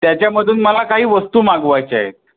त्याच्यामधून मला काही वस्तू मागवायच्या आहेत